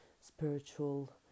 spiritual